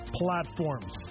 platforms